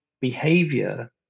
behavior